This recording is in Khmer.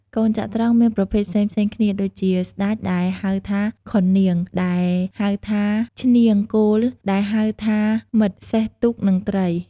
កូនចត្រង្គមានប្រភេទផ្សេងៗគ្នា ដូចជា ស្ដេច ដែលហៅថាខុន នាង ដែលហៅថាឈ្នាង គោល ដែលហៅថាម៉ិត សេះ ទូក និងត្រី។